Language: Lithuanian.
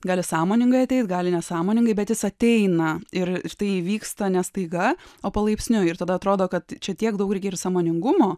gali sąmoningai ateit gali nesąmoningai bet jis ateina ir tai įvyksta ne staiga o palaipsniui ir tada atrodo kad čia tiek daug reikia ir sąmoningumo